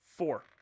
Four